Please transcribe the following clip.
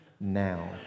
now